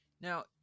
Now